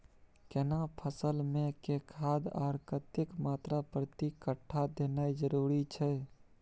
केना फसल मे के खाद आर कतेक मात्रा प्रति कट्ठा देनाय जरूरी छै?